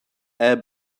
air